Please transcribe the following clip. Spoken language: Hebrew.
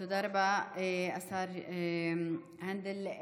תודה רבה, השר הנדל.